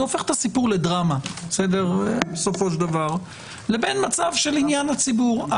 זה הופך את הסיפור לדרמה לבין מצב של עניין הציבור.